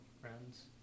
friends